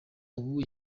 ubu